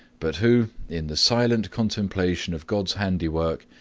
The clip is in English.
but who, in the silent contemplation of god's handiwork,